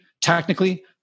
technically